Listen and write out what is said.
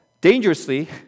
dangerously